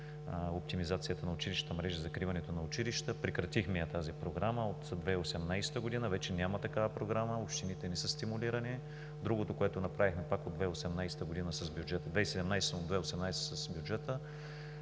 оптимизацията на училищната мрежа и закриването на училища. Прекратихме тази програма. От 2018 г. вече няма такава програма, общините не са стимулирани. Другото, което направихме 2017 – 2018 г. с бюджета, да